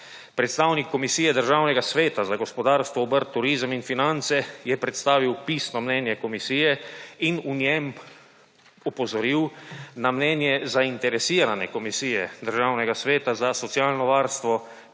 Predstavnik Komisije Državnega sveta za gospodarstvo, obrt, turizem in finance je predstavil pisno mnenje komisije in v njem opozoril na mnenje zainteresirane Komisije Državnega sveta za socialno varstvo,